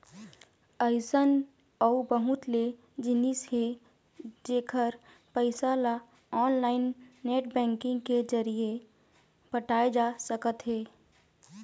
अइसन अउ बहुत ले जिनिस हे जेखर पइसा ल ऑनलाईन नेट बैंकिंग के जरिए पटाए जा सकत हे